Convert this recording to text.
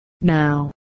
now